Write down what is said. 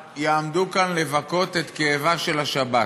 יעמדו כאן לבכות את כאבה של השבת.